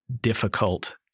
difficult